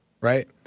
right